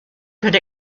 could